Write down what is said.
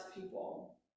people